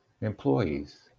employees